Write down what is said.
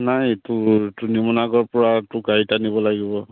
নাই তোৰ নিমনাগৰৰ পৰা তোৰ গাড়ীত আনিব লাগিব